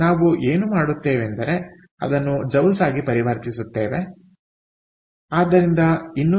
ನಾವು ಏನು ಮಾಡುತ್ತೇವೆಂದರೆ ಅದನ್ನು ಜೌಲ್ಸ್ ಆಗಿ ಪರಿವರ್ತಿಸುತ್ತೇವೆ ಆದ್ದರಿಂದ 284